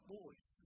boys